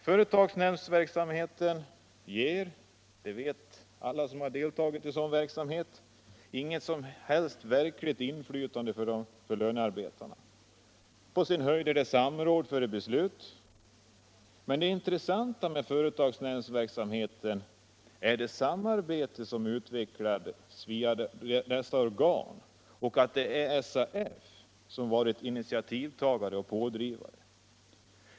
Företagsnämndsverksamheten ger — det vet alla som har deltagit i denna verksamhet — inget som helst verkligt inflytande för lönearbetarna. På sin höjd gäller det samråd före beslut. Men det intressanta med företagsnämndsverksamheten är det samarbete som utvecklats via dessa organ och att det är SAF som varit initiativtagare och pådrivare.